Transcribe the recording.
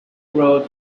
road